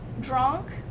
drunk